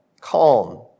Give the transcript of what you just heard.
calm